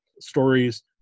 stories